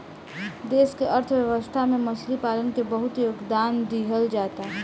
देश के अर्थव्यवस्था में मछली पालन के बहुत योगदान दीहल जाता